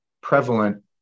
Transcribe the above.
prevalent